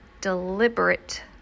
deliberate